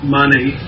money